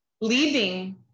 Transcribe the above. Leaving